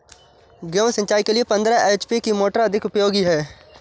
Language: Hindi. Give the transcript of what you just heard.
गेहूँ सिंचाई के लिए पंद्रह एच.पी की मोटर अधिक उपयोगी है?